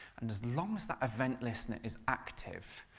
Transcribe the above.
and as long as that event listener is active,